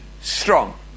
strong